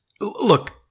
Look